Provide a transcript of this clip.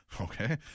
Okay